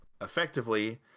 effectively